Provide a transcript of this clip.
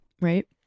Right